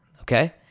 okay